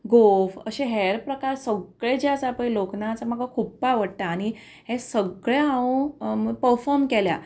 गोफ अशें हेर प्रकार सगळे जे आसा पय लोकनाच म्हाका खुप्प आवडटा आनी हे सगळे हांव परफॉर्म केल्या